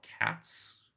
Cats